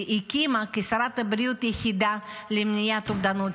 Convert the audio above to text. כשרת בריאות היא הקימה יחידה למניעת אובדנות,